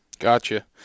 Gotcha